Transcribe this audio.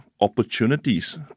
opportunities